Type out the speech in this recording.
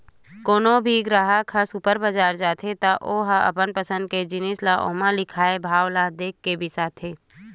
कोनो भी गराहक ह सुपर बजार म जाथे त ओ ह अपन पसंद के जिनिस ल ओमा लिखाए भाव ल देखके बिसाथे